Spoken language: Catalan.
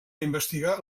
investigar